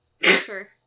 Sure